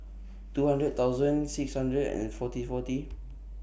two hundred thousand six hundred and forty forty